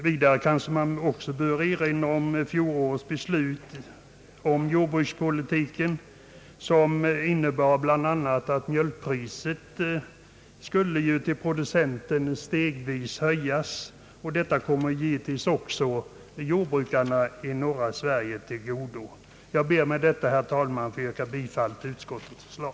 Vidare bör kanske också erinras om fjolårets beslut om jordbrukspolitiken, som innebär bl.a. att producentpriset på mjölk stegvis skall höjas. Detta kommer givetvis också jordbrukarna i norra Sverige till godo. Herr talman! Jag ber med detta att få yrka bifall till utskottets förslag.